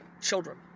children